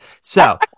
So-